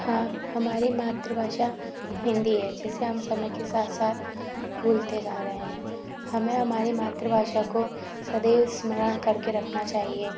हाँ हमारी मातृभाषा हिंदी है जिसे हम समय के साथ साथ भूलते जा रहे हैं हमें हमारी मातृभाषा को सदैव स्मरण करके रखना चाहिए